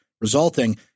resulting